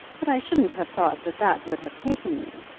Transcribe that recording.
but i shouldn't have thought that that would have taken you.